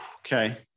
Okay